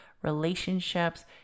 relationships